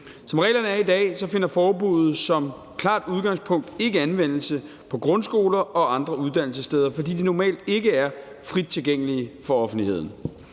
Som reglerne er i dag, finder forbuddet som klart udgangspunkt ikke anvendelse på grundskoler og andre uddannelsessteder, fordi de normalt ikke er frit tilgængelige for offentligheden.